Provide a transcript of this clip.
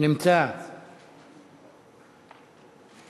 2453 ו-2454.